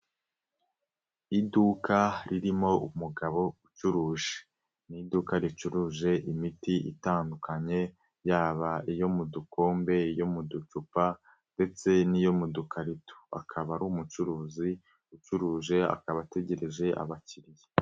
Iduka ririmo umugabo ucuruje, ni iduka ricuruje imiti itandukanye, yaba iyo mu dukombe, iyo mu ducupa ndetse n'iyo mu dukarito. Akaba ari umucuruzi ucuruje, akaba ategereje abakiriya.